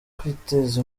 kwiteza